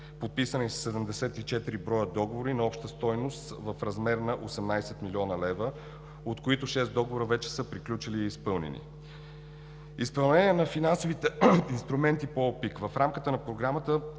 Подписани са 74 броя договори на обща стойност в размер на 18 млн. лв., от които 6 договора вече са приключили и изпълнени. В изпълнение на финансовите инструменти по ОПИК в рамката на Програмата,